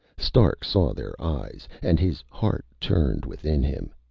stark saw their eyes, and his heart turned within him.